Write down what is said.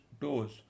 doors